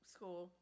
School